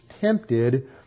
tempted